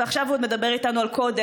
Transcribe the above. ועכשיו הוא מדבר איתנו על קוד אתי.